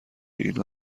اینا